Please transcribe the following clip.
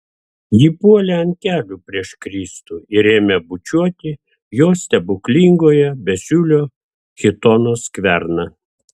ji puolė ant kelių prieš kristų ir ėmė bučiuoti jo stebuklingojo besiūlio chitono skverną